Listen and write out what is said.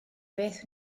beth